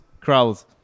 crowds